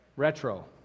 retro